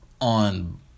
on